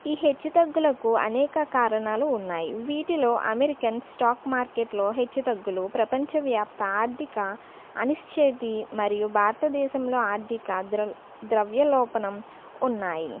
ఈ హెచ్చుతగ్గులకు అనేక కారణాలు ఉన్నాయి వీటిలో అమెరికన్ స్టాక్ మార్కెట్ లో హెచ్చుతగ్గులు ప్రపంచం యొక్క ఆర్థిక అనిశ్చితి మరియు భారతదేశంలో ఆర్థిక ద్రవ్ ద్రవ్యలోపనం ఉన్నాయి